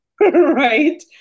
Right